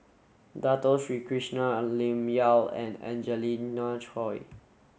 Dato Sri Krishna Lim Yau and Angelina Choy